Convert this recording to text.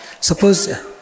suppose